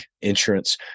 insurance